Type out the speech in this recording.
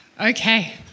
Okay